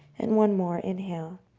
and one more inhale.